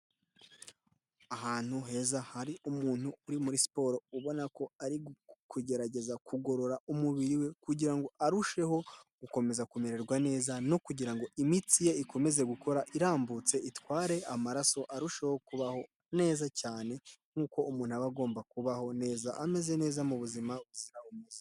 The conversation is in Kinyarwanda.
Ahantu heza hari umuntu uri muri siporo ubona ko ari kugerageza kugorora umubiri we kugira ngo arusheho gukomeza kumererwa neza no kugira ngo imitsi ye ikomeze gukora irambutse itware amaraso arusheho kubaho neza cyane nk'uko umuntu aba agomba kubaho neza ameze neza mu buzima buzira umuze.